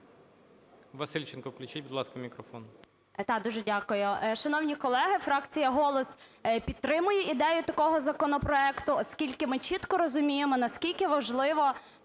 Васильченко включіть, будь ласка, мікрофон. 16:29:08 ВАСИЛЬЧЕНКО Г.І. Дуже дякую. Шановні колеги, фракція "Голос" підтримує ідею такого законопроекту, оскільки ми чітко розуміємо, наскільки важливо